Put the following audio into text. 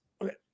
Okay